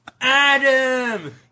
adam